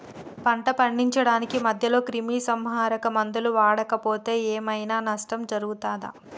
పంట పండించడానికి మధ్యలో క్రిమిసంహరక మందులు వాడకపోతే ఏం ఐనా నష్టం జరుగుతదా?